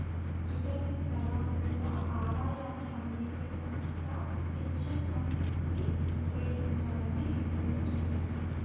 retirement తర్వాత కూడా ఆదాయాన్ని అందించే ఫండ్స్ గా పెన్షన్ ఫండ్స్ ని ఉపయోగించాలని నిపుణుల సూచన